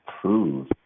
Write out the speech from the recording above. prove